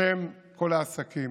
בשם כל העסקים,